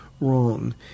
wrong